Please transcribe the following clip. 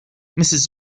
mrs